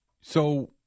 so-